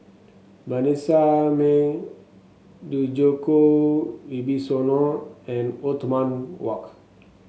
Vanessa Mae Djoko Wibisono and Othman Wok